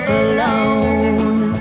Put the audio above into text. alone